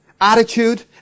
attitude